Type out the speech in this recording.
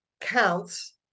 counts